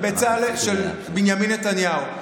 של בנימין נתניהו.